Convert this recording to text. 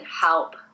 help